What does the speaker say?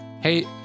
Hey